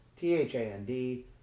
T-H-A-N-D